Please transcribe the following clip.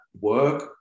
work